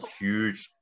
huge